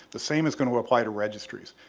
the same as going to apply to registries.